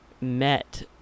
met